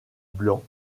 blanc